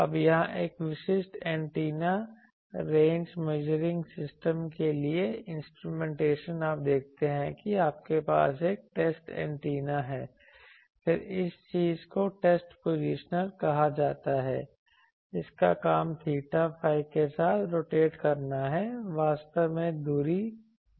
अब यहां एक विशिष्ट एंटीना रेंज मेजरिंग सिस्टम के लिए इंस्ट्रूमेंटेशन आप देखते हैं कि आपके पास एक टेस्ट एंटीना है फिर इस चीज को टेस्ट पोजिशनर कहा जाता है इसका काम थीटा phi के साथ रोटेट करना है वास्तव में दूरी ज्ञात है